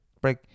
break